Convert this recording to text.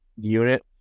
unit